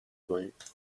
کنید